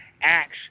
acts